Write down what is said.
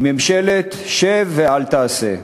היא ממשלת שב ואל תעשה,